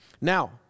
Now